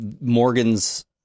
Morgan's